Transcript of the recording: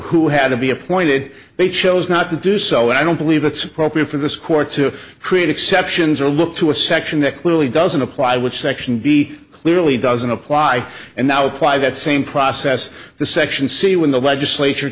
who had to be appointed they chose not to do so i don't believe it's appropriate for this court to create exceptions or look to a section that clearly doesn't apply which section b clearly doesn't apply and now why that same process the section c when the legislature